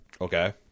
okay